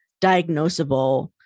diagnosable